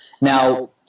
Now